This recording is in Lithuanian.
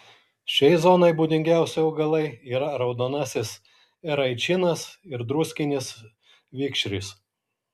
šiai zonai būdingiausi augalai yra raudonasis eraičinas ir druskinis vikšris